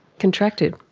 contracted.